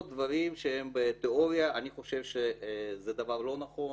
דברים שהם בתיאוריה אני חושב שזה דבר לא נכון.